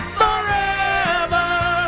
forever